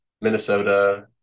Minnesota